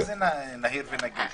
מה זה בהיר ונגיש?